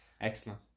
Excellent